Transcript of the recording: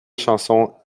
chanson